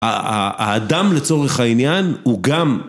האדם לצורך העניין הוא גם